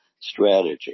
strategy